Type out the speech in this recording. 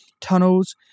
tunnels